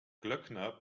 glöckner